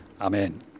Amen